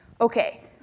Okay